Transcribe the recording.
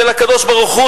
של הקב"ה,